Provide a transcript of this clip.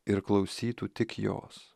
ir klausytų tik jos